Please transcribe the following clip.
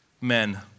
men